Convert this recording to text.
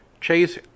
Chase